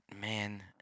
man